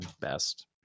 best